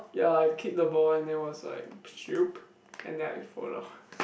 ya I kicked the ball and it was like and then I fall down